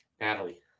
Natalie